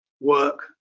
work